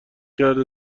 کرده